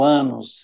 anos